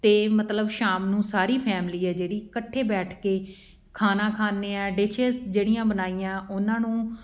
ਅਤੇ ਮਤਲਬ ਸ਼ਾਮ ਨੂੰ ਸਾਰੀ ਫੈਮਿਲੀ ਹੈ ਜਿਹੜੀ ਇਕੱਠੇ ਬੈਠ ਕੇ ਖਾਣਾ ਖਾਂਦੇ ਹਾਂ ਡਿਸ਼ਿਸ ਜਿਹੜੀਆਂ ਬਣਾਈਆਂ ਉਹਨਾਂ ਨੂੰ